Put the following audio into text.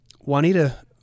Juanita